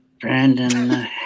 Brandon